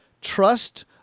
trust